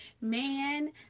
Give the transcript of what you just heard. Man